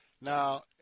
Now